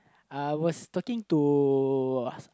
I was talking to